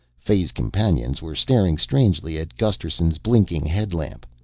fay's companions were staring strangely at gusterson's blinking headlamp.